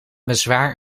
bezwaar